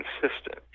consistent